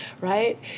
right